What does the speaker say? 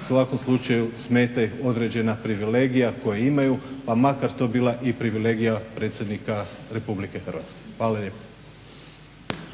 u svakom slučaju smeta im određena privilegija koju imaju pa makar to bila i privilegija predsjednika RH. Hvala lijepa. **Batinić, Milorad (HNS)**